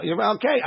okay